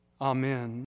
Amen